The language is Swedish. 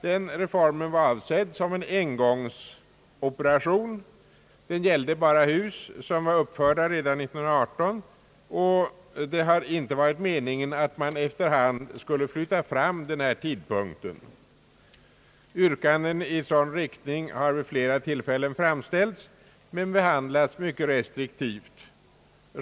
Den reformen var avsedd som en engångsoperation. Den gällde bara hus som var uppförda redan 1918, och det har inte varit meningen att man efter hand skulle flytta fram denna tidpunkt. Yrkanden i sådan riktning har vid flera tillfällen framställts men behandlats mycket restriktivt.